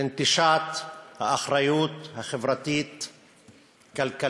ונטישת האחריות החברתית-כלכלית